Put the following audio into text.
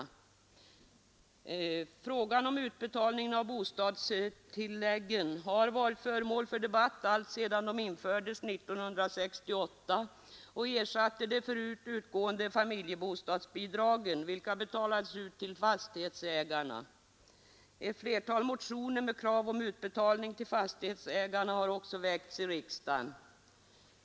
Frågan om utbetalningen av bostadstilläggen har varit föremål för debatt alltsedan dessa tillägg infördes 1968 och ersatte de förut utgående familjebostadsbidragen, vilka betalades ut till fastighetsägarna. Ett flertal motioner med krav på utbetalning till fastighetsägarna har också väckts i riksdagen.